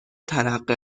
ترقه